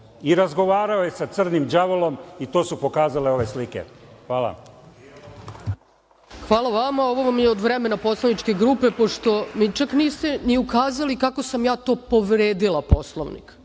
i razgovarao je sa crnim đavolom i to su pokazale ove slike. Hvala. **Ana Brnabić** Hvala vama. Ovo vam je od vremena poslaničke grupe, pošto mi čak niste ni ukazali kako sam ja to povredila Poslovnik.